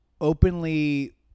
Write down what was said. openly